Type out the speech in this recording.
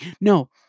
No